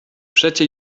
przecie